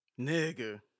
Nigga